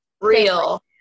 real